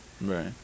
right